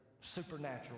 supernatural